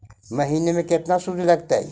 महिना में केतना शुद्ध लगतै?